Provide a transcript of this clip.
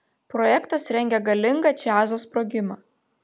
projektas rengia galingą džiazo sprogimą